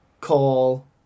call